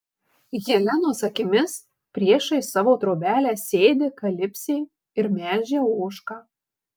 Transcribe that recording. helenos akimis priešais savo trobelę sėdi kalipsė ir melžia ožką